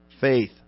faith